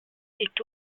est